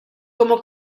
como